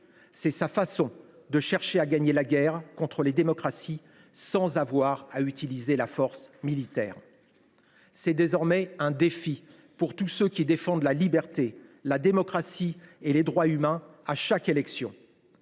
C’est sa façon de chercher à gagner la guerre contre les démocraties sans avoir à utiliser la force militaire. C’est désormais un défi pour tous ceux qui défendent la liberté, la démocratie et les droits humains à chaque élection.